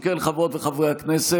אם כן, חברות וחברי הכנסת,